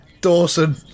Dawson